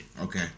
Okay